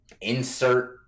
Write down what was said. insert